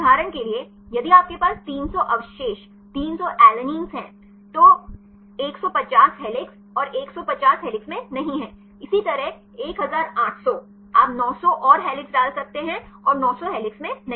उदाहरण के लिए यदि आपके पास 300 अवशेष 300 एलानियां हैं तो 150 हेलिक्स और 150 हेलिक्स में नहीं हैं इसी तरह 1800 आप 900 और हेलिक्स डाल सकते हैं और 900 हेलिक्स में नहीं